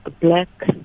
black